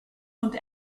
und